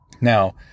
Now